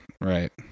Right